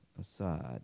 aside